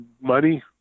money